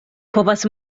povas